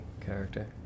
character